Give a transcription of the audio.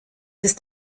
ist